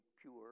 pure